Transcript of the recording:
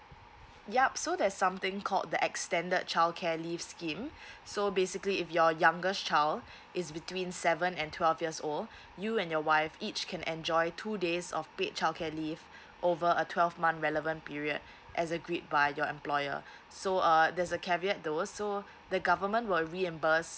yup so there's something called the extended childcare leave scheme so basically if your youngest child is between seven and twelve years old you and your wife each can enjoy two days of paid childcare leave over a twelve month relevant period as agreed by your employer so uh there's a caveat though so the government will reimburse